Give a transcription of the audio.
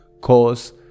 cause